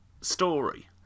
story